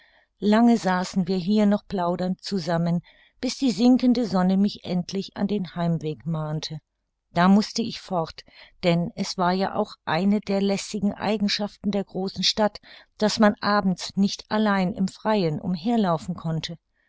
lange saßen wir hier noch plaudernd zusammen bis die sinkende sonne mich endlich an den heimweg mahnte da mußte ich fort denn es war ja auch eine der lästigen eigenschaften der großen stadt daß man abends nicht allein im freien umher laufen konnte